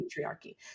patriarchy